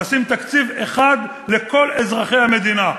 נשים תקציב אחד לכל אזרחי המדינה,